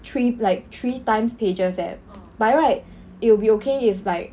three like three times pages eh by right it will be okay if like